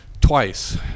twice